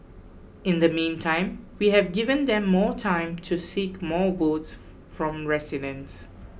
in the meantime we have given them more time to seek more votes from residents